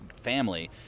family